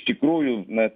iš tikrųjų na